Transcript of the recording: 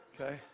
okay